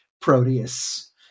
Proteus